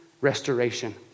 restoration